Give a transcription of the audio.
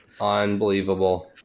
unbelievable